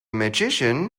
magician